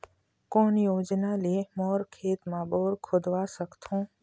कोन योजना ले मोर खेत मा बोर खुदवा सकथों?